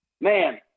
man